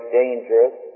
dangerous